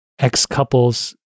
ex-couples